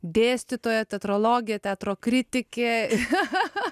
dėstytoja teatrologė teatro kritikė cha cha cha